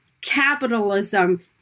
capitalism